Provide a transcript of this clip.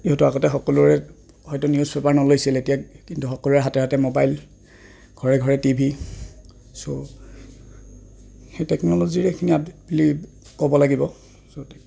যিহেতু আগতে সকলোৰে হয়তো নিউজ পেপাৰ নলৈছিল এতিয়া কিন্তু সকলোৰে হাতে হাতে মোবাইল ঘৰে ঘৰে টি ভি চ' সেই টেকন'লজিৰে এইখিনি আপডেট বুলি ক'ব লাগিব চ'